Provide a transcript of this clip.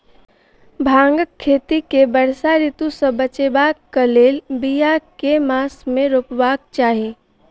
भांगक खेती केँ वर्षा ऋतु सऽ बचेबाक कऽ लेल, बिया केँ मास मे रोपबाक चाहि?